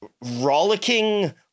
rollicking